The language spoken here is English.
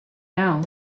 know